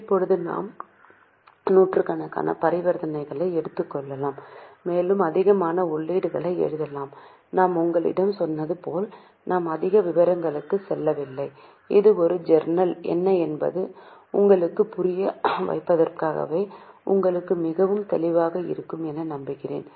இப்போது நாம் நூற்றுக்கணக்கான பரிவர்த்தனைகளை எடுத்துக் கொள்ளலாம் மேலும் அதிகமான உள்ளீடுகளை எழுதலாம் நாம் உங்களிடம் சொன்னது போல் நாம் அதிக விவரங்களுக்கு செல்லவில்லை இது ஒரு ஜர்னல் என்ன என்பது உங்களுக்குப் புரிய வைப்பதற்காகவே உங்களுக்கு மிகவும் தெளிவாக இருக்கும் என்று நம்புகிறேன்